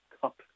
cup